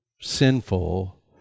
sinful